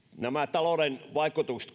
talouden vaikutukset